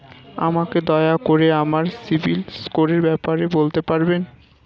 আমাকে দয়া করে আমার সিবিল স্কোরের ব্যাপারে বলতে পারবেন?